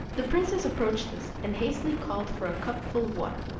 the princess approached us, and hastily called for a cup-full of water,